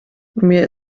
mir